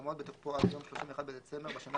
יעמוד בתוקפו עד יום 31 בדצמבר בשנה